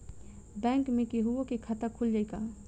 Bank में केहूओ के खाता खुल जाई का?